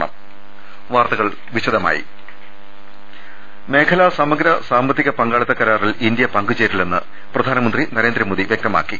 ള്ള ൽ മേഖലാ സമഗ്ര സാമ്പത്തിക പങ്കാളിത്ത കരാറിൽ ഇന്ത്യ പങ്കു ചേരില്ലെന്ന് പ്രധാനമന്ത്രി നരേന്ദ്രമോദി വ്യക്തമാക്കി